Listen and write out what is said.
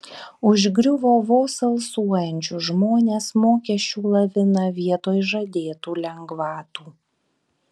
užgriuvo vos alsuojančius žmones mokesčių lavina vietoj žadėtų lengvatų